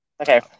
okay